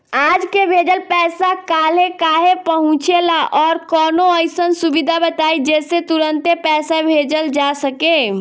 आज के भेजल पैसा कालहे काहे पहुचेला और कौनों अइसन सुविधा बताई जेसे तुरंते पैसा भेजल जा सके?